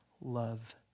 love